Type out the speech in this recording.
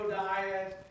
diet